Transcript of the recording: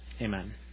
Amen